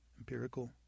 empirical